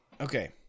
Okay